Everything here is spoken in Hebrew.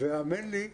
והאמן לי,